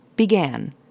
began